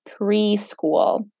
preschool